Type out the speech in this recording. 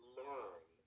learn